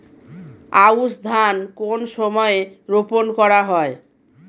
আউশ ধান কোন সময়ে রোপন করা হয়?